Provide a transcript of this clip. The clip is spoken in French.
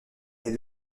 elle